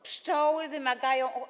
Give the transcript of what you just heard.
Pszczoły wymagają.